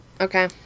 Okay